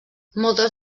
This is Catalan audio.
moltes